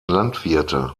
landwirte